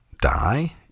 die